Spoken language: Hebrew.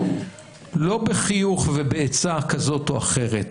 לא בחיוך ובעצה כזאת או אחרת,